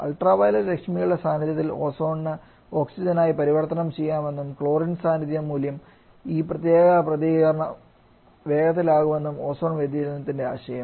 ultraviolet രശ്മികളുടെ സാന്നിധ്യത്തിൽ ഓസോണിന് ഓക്സിജനായി പരിവർത്തനം ചെയ്യാമെന്നും ക്ലോറിൻ സാന്നിദ്ധ്യം മൂലം ഈ പ്രത്യേക പ്രതികരണം വേഗത്തിലാകുമെന്നും ഓസോൺ വ്യതിചലനത്തിന്റെ ആശയം